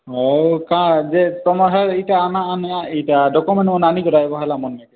ଆଉ କାଣ ଯେ ତୁମ ହଏ ଏଇଟା ଆନ ଆନି ଆ ଏଇଟା ଡକ୍ୟୁମେଣ୍ଟ ଗୁଡ଼ା ଆନିକରି ଆଇବ ହେଲା ମନେ କରି